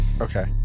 Okay